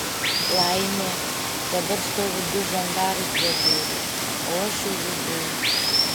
laimė dabar stovi du žandarai prie durų o aš jau viduj